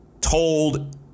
told